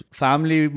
family